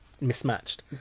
Mismatched